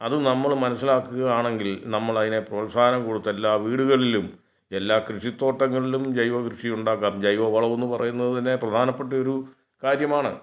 അത് നമ്മൾ മനസ്സിലാക്കുകയാണെങ്കിൽ നമ്മൾ അതിനെ പ്രോത്സാഹനം കൊടുത്ത എല്ലാ വീടുകളിലും എല്ലാ കൃഷിത്തോട്ടങ്ങളിലും ജൈവ കൃഷി ഉണ്ടാക്കാൻ ജൈവ വളവും പറയുന്നതിനെ പ്രധാനപ്പെട്ട ഒരു കാര്യമാണ്